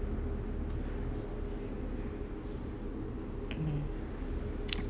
mm mm